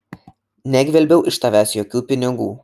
negvelbiau iš tavęs jokių pinigų